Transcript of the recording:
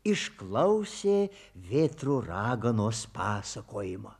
išklausė vėtrų raganos pasakojimą